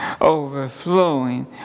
overflowing